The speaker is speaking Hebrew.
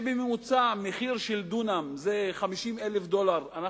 שלפיו מחיר של דונם הוא 50,000 דולר בממוצע,